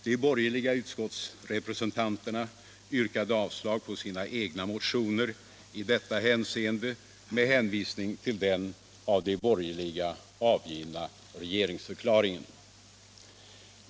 De borgerliga utskottsrepresentanterna yrkade avslag på sina egna motioner i detta hänseende med hänvisning till den av de borgerliga avgivna regeringsförklaringen.